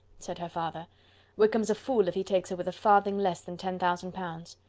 said her father wickham's a fool if he takes her with a farthing less than ten thousand pounds.